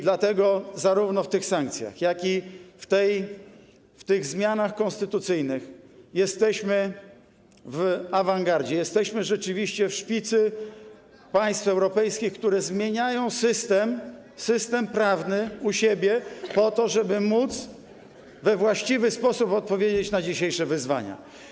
Dlatego zarówno w tych sankcjach, jak i w tych zmianach konstytucyjnych jesteśmy w awangardzie, jesteśmy rzeczywiście w szpicy państw europejskich, które zmieniają system prawny u siebie po to, żeby móc we właściwy sposób odpowiedzieć na dzisiejsze wyzwania.